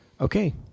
Okay